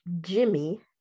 jimmy